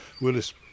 Willis